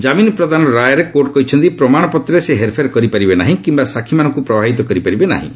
କାମିନ୍ ପ୍ରଦାନର ରାୟରେ କୋର୍ଟ୍ କହିଛନ୍ତି ପ୍ରମାଶପତ୍ରରେ ସେ ହେର୍ଫେର୍ କରିପାରିବେ ନାହିଁ କିମ୍ବା ସାକ୍ଷୀମାନଙ୍କ ପ୍ରଭାବିତ କରିପାରିବେ ନାହିଁ